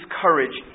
courage